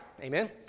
Amen